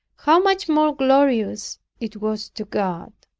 how much more glorious it was to god,